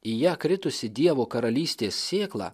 į ją kritusi dievo karalystės sėkla